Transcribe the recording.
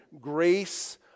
Grace